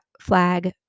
flag